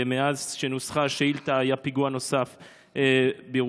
מאז נוסחה השאילתה היה פיגוע נוסף בירושלים.